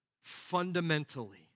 fundamentally